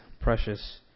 precious